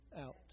out